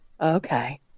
Okay